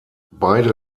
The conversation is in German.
beide